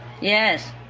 Yes